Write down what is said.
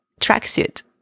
tracksuit